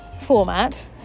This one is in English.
format